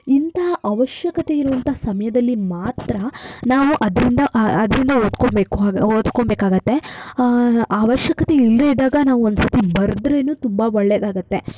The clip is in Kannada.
ಇಂಥ ಅವಶ್ಯಕತೆ ಇರುವಂಥ ಸಮಯದಲ್ಲಿ ಮಾತ್ರ ನಾವು ಅದರಿಂದ ಅದರಿಂದ ಓದ್ಕೊಬೇಕು ಓದ್ಕೊಬೇಕಾಗುತ್ತೆ ಅವಶ್ಯಕತೆ ಇಲ್ಲದೆ ಇದ್ದಾಗ ನಾವು ಒಂದ್ಸರ್ತಿ ಬರದ್ರೇನೂ ತುಂಬ ಒಳ್ಳೆದಾಗುತ್ತೆ